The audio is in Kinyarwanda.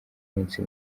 munsi